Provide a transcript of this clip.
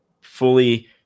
fully